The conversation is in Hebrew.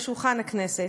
לשולחן הכנסת.